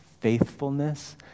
faithfulness